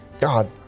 God